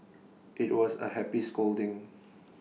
IT was A happy scolding